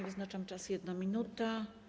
Wyznaczam czas - 1 minuta.